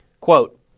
quote